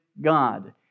God